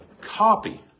copy